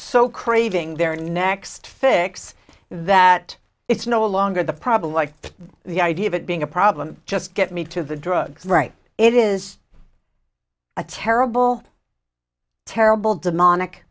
so craving their next fix that it's no longer the problem like the idea of it being a problem just get me to the drugs right it is a terrible terrible demonic